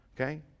Okay